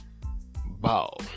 bow